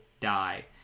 die